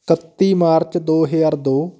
ਇਕੱਤੀ ਮਾਰਚ ਦੋ ਹਜ਼ਾਰ ਦੋ